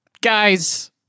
guys